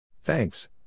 Thanks